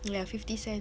ya fifty cents